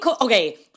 okay